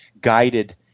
guided